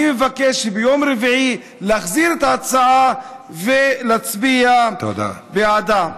אני מבקש להחזיר את ההצעה ביום רביעי ולהצביע בעדה.